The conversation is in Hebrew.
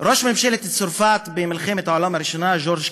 ראש ממשלת צרפת במלחמת העולם הראשונה ז'ורז'